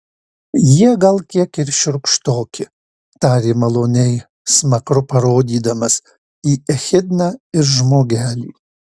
jie gal kiek ir šiurkštoki tarė maloniai smakru parodydamas į echidną ir žmogelį